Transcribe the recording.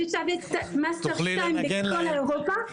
ששווה מאסטר 2 בכל אירופה.